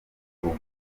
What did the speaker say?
urugo